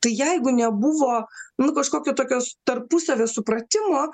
tai jeigu nebuvo nu kažkokio tokios tarpusavio supratimo